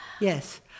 Yes